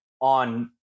on